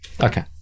Okay